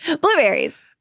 Blueberries